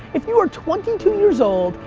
if you are twenty two years old,